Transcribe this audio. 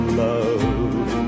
love